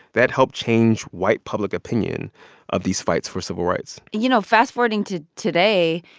that helped change white public opinion of these fights for civil rights you know, fast forwarding to today,